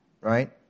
right